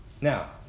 Now